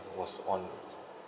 was on